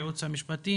לייעוץ המשפטי